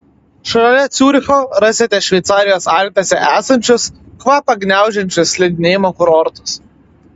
šalia ciuricho rasite šveicarijos alpėse esančius kvapą gniaužiančius slidinėjimo kurortus